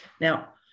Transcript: now